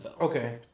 Okay